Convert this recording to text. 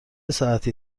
ساعتی